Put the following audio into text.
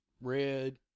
red